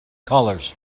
colors